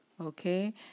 okay